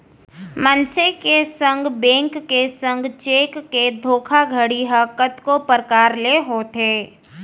मनसे के संग, बेंक के संग चेक के धोखाघड़ी ह कतको परकार ले होथे